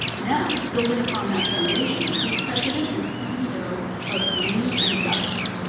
now, building upon that foundation he is president and ceo of news and guts,